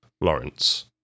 Lawrence